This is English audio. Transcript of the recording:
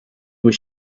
was